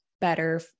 better